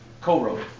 Co-wrote